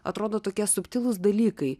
atrodo tokie subtilūs dalykai